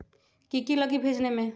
की की लगी भेजने में?